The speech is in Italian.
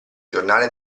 giornale